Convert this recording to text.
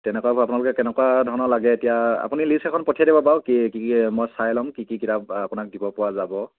তেনেকুৱা বা আপোনালোকে কেনেকুৱা ধৰণৰ লাগে এতিয়া আপুনি লিষ্ট এখন পঠিয়াই দিব বাৰু কি কি মই চাই ল'ম কি কি কিতাপ আপোনাক দিব পৰা যাব